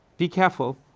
be careful.